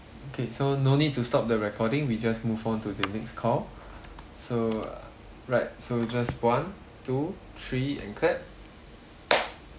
okay so no need to stop the recording we just move on to the next call so right so just one two three and clap